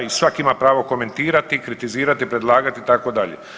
I svaki ima pravo komentirati, kritizirati, predlagati itd.